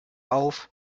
auf